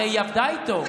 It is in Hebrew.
הרי היא עבדה איתו.